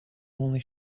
only